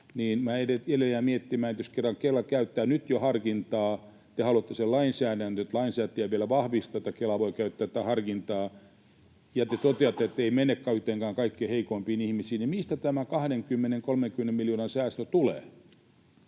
niin minä edelleen jään miettimään, että jos kerran Kela käyttää nyt jo harkintaa ja te haluatte lainsäädäntöön sen, että lainsäätäjä vielä vahvistaa, että Kela voi käyttää tätä harkintaa, ja te toteatte, ettei mene kuitenkaan kaikkein heikoimpiin ihmisiin, niin mistä tämä 20—30 miljoonan säästö tulee?